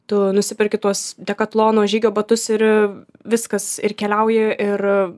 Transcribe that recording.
tu nusiperki tuos dekatlono žygio batus ir viskas ir keliauji ir